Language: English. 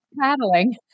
paddling